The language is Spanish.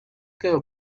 quedó